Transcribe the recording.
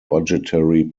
budgetary